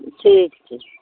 ठीक छै